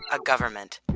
ah government,